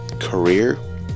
career